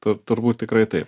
tu turbūt tikrai taip